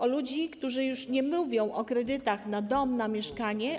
O ludzi, którzy już nie mówią o kredytach na dom, na mieszkanie.